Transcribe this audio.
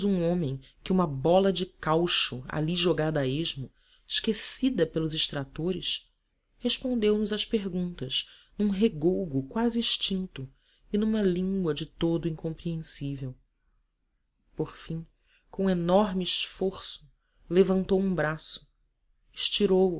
um homem que uma bola de caucho ali jogada a esmo esquecida pelos extratores respondeu nos às perguntas num regougo quase extinto e numa língua de todo incompreensível por fim com enorme esforço levantou um braço estirou o